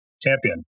champion